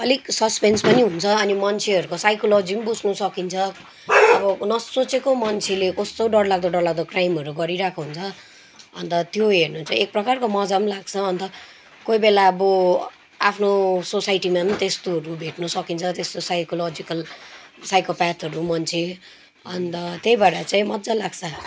अलिक सस्पेन्स पनि हुन्छ अनि मान्छेहरूको साइकोलोजी पनि बुझ्नु सकिन्छ नसोचेको मान्छेले कस्तो डरलाग्दो डरलाग्दो क्राइमहरू गरिरहेको हुन्छ अन्त त्यो हेर्नु चाहिँ एक प्रकारको मजा पनि लाग्छ अन्त कोही बेला अब आफ्नो सोसाइटीमा पनि त्यस्तोहरू भेट्नु सकिन्छ त्यस्तो साइकोलजिकल साइकोप्याथहरू मान्छे अन्त त्यही भएर चाहिँ मजा लाग्छ